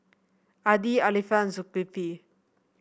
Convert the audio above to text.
Adi Alfian Zulkifli